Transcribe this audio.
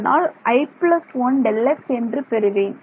அதனால் i 1Δx என்று பெறுவேன்